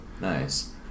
Nice